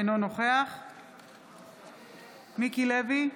אינו נוכח מיקי לוי,